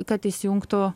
kad įsijungtų